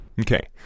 Okay